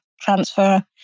transfer